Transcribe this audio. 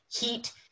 heat